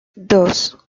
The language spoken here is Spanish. dos